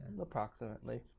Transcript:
approximately